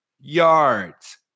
yards